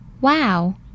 Wow